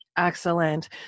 Excellent